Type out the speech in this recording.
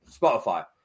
Spotify